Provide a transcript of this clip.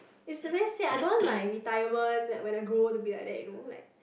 it's very sad I don't want my retirement like when I grow old to be like that you know like